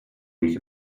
week